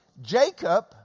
Jacob